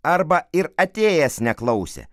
arba ir atėjęs neklausė